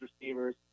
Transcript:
receivers